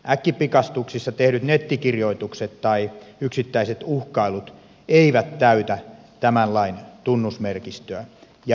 äkkipikaistuksissa tehdyt nettikirjoitukset tai yksittäiset uhkailut eivät täytä tämän lain tunnusmerkistöä ja hyvä niin